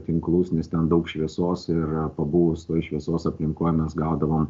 tinklus nes ten daug šviesos ir pabuvus toj šviesos aplinkoj mes gaudavom